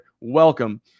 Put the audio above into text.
Welcome